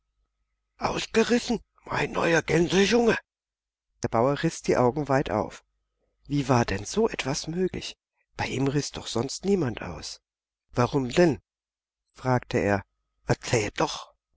ausgerissen mein neuer gänsejunge der bauer riß die augen weit auf wie war denn so etwas möglich bei ihm riß doch sonst niemand aus warum denn fragte er erzähl doch